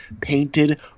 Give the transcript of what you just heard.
painted